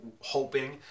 hoping